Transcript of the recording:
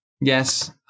Yes